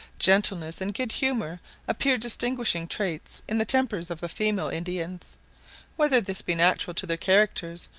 gentleness and good humour appear distinguishing traits in the tempers of the female indians whether this be natural to their characters,